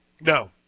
No